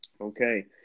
Okay